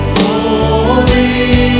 holy